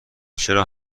چرا